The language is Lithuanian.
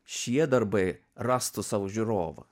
šie darbai rastų savo žiūrovą